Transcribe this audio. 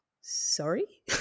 sorry